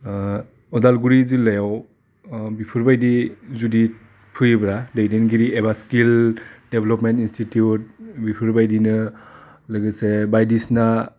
अदालगुरि जिल्लायाव बिफोरबायदि जुदि फैयोब्रा दैदेनगिरि एबा स्किल देब्लभमेन्ट इनस्टिटिउट बिफोरबायदिनो लोगोसे बायदिसिना